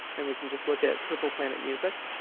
and we can just look at purple planet music.